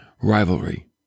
rivalry